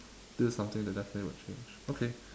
this is something that definitely will change okay